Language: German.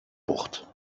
bucht